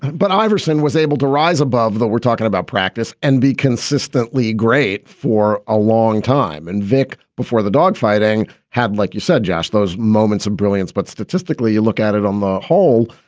but iverson was able to rise above that. we're talking about practice and be consistently great for a long time and vick before the dogfighting had, like you said, josh, those moments of brilliance. but statistically, you look at it on the whole.